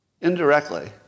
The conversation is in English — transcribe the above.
Indirectly